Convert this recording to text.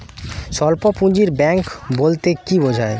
স্বল্প পুঁজির ব্যাঙ্ক বলতে কি বোঝায়?